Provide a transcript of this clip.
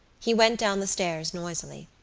he went down the stairs noisily.